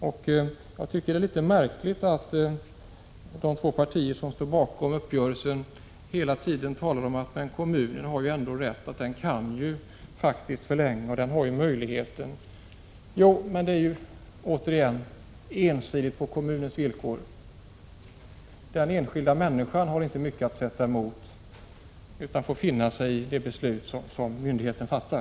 Jag tycker att det är litet märkligt att de två partier som står bakom uppgörelsen hela tiden talar om att kommunerna har rätt att göra förlängningar — men detta är återigen ensidigt på kommunernas villkor! Den enskilda människan har inte mycket att sätta emot utan får finna sig i de beslut som myndigheten fattar.